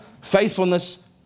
faithfulness